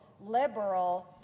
liberal